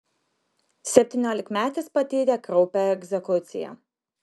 septyniolikmetis patyrė kraupią egzekuciją